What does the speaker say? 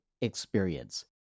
Experience